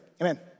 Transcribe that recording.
amen